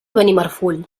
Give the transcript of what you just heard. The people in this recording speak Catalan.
benimarfull